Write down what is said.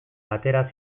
atera